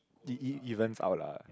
e~ e~ evens out lah